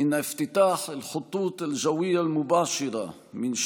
באמצעותו נפתח את קשרי המסחר וכן